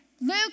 Luke